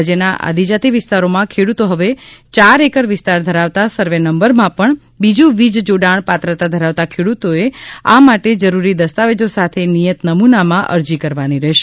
રાજ્યના આદિજાતિ વિસ્તારોમાં ખેડૂતો હવે ચાર એકર વિસ્તાર ધરાવતા સર્વે નંબરમાં પણ બીજું વિજ જોડાણ પાત્રતા ધરાવતા ખેડૂતો એ આ માટે જરૂરી દસ્તાવેજો સાથે નિયત નમૂનામાં અરજી કરવાની રહેશે